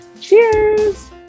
cheers